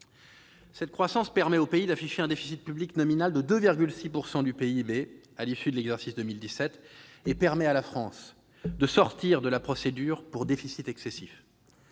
Cette croissance permet au pays d'afficher un déficit public nominal de 2,6 % du PIB à l'issue de l'exercice 2017 et de sortir de la procédure pour déficit excessif.